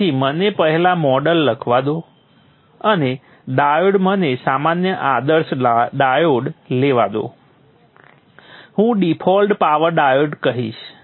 તેથી મને પહેલા મોડેલ લખવા દો અને ડાયોડ મને સામાન્ય આદર્શ ડાયોડ લેવા દો હું ડિફોલ્ટ પાવર ડાયોડ કહીશ